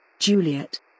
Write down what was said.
Juliet